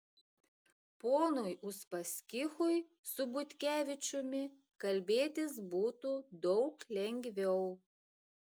ponui uspaskichui su butkevičiumi kalbėtis būtų daug lengviau